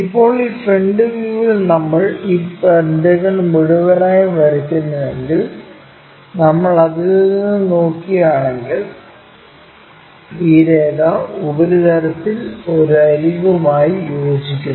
ഇപ്പോൾ ഈ ഫ്രണ്ട് വ്യൂവിൽ നമ്മൾ ഈ പെന്റഗൺ മുഴുവനായും വരയ്ക്കുന്നുണ്ടെങ്കിൽ നമ്മൾ അതിൽ നിന്നും നോക്കുകയാണെങ്കിൽ ഈ രേഖ ഉപരിതലത്തിൽ ഒരു അരികുമായി യോജിക്കുന്നു